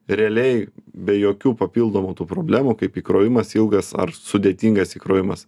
realiai be jokių papildomų tų problemų kaip įkrovimas ilgas ar sudėtingas įkrovimas